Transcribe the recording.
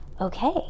okay